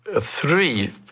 three